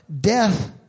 death